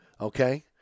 okay